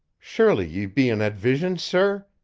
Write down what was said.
surely ye be an advision, sir,